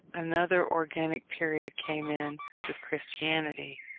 another organic period came in with christianity.